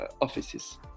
offices